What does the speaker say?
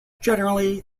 generally